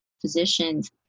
physicians